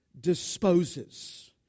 disposes